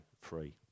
free